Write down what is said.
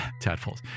tadpoles